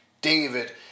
David